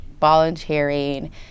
volunteering